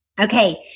Okay